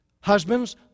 Husbands